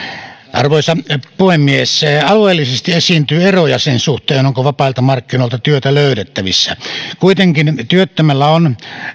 arvoisa puhemies alueellisesti esiintyy eroja sen suhteen onko vapailta markkinoilta työtä löydettävissä kuitenkin työttömällä on